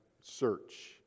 search